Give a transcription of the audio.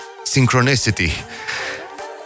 synchronicity